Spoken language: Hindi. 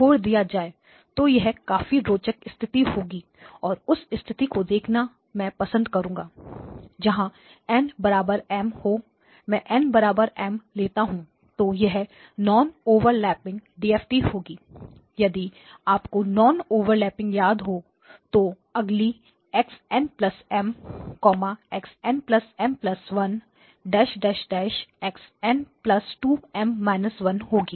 तो यह काफी रोचक स्थिति होगी और उस स्थिति को देखना मैं पसंद करूँगा जहां N M हो मैं N M लेता हूं तो यह नॉन ओवरलैपिंग DFT होगी यदि आपको नॉन ओवरलैपिंग याद हो तो अगली x n M x n M 1x n2 M −1 होगी